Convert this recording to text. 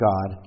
God